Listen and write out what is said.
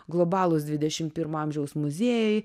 globalūs dvidešim pirmo amžiaus muziejai